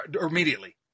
immediately